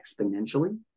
exponentially